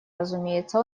разумеется